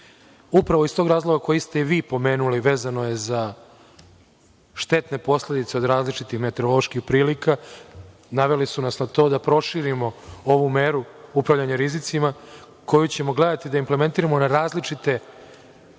iz tog razloga koji ste i vi pomenuli, vezano je za štetne posledice od različitih meteoroloških prilika, naveli su nas na to da proširimo ovu meru upravljanja rizicima koju ćemo gledati da implementiramo na različite načine